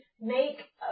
make